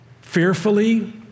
Fearfully